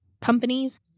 companies